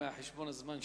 מחשבון הזמן שלי.